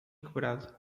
quebrado